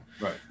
Right